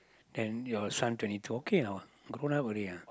then your son twenty four okay [what] grown up already ah